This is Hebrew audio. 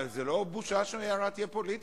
זו לא בושה שההערה תהיה פוליטית.